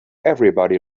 everybody